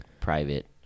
private